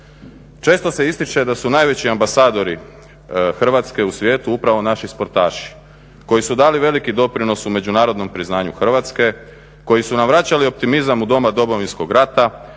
Često se ističe da su najveći ambasadori Hrvatske u svijetu upravo naši sportaši koji su dali veliki doprinos u međunarodnom priznanju Hrvatske, koji su nam vraćali optimizam u doba Domovinskog rata,